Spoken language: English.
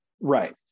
Right